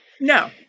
No